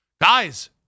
guys